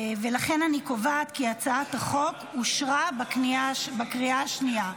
ולכן אני קובעת כי הצעת החוק אושרה בקריאה השנייה.